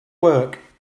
work